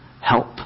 help